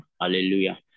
Hallelujah